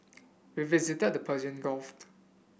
we visited the Persian Gulf